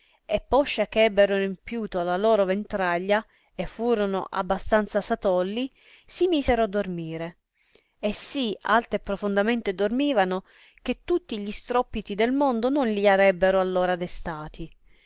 e poscia che ebbero empiuto la loro ventraglia e furono a bastanza satolli si misero a dormire e sì alta e profondamente dormivano che tutti gli stroppiti del mondo non gli arebbono allora destati